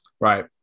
Right